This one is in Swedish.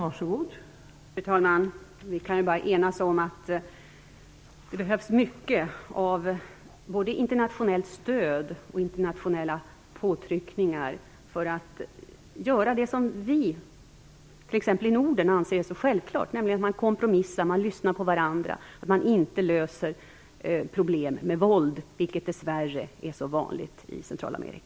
Fru talman! Vi kan enas om att det behövs mycket av både internationellt stöd och internationella påtryckningar för att uppnå det som t.ex. vi i Norden anser så självklart. Man kompromissar, man lyssnar på varandra. Man löser inte problem med våld, vilket dess värre är så vanligt i Centralamerika.